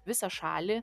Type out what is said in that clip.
visą šalį